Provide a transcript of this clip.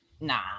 Nah